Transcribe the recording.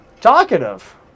talkative